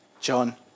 John